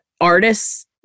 artists